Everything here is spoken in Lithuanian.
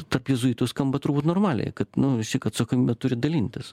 tarp jėzuitų skamba turbūt normaliai kad nu vis tiek atsakomybe turi dalintis